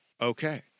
okay